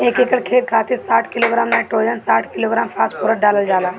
एक एकड़ खेत खातिर साठ किलोग्राम नाइट्रोजन साठ किलोग्राम फास्फोरस डालल जाला?